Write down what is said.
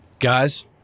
guys